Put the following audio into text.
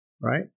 Right